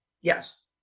Yes